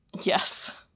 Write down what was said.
Yes